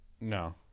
No